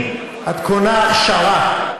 אם את קונה שר"פ,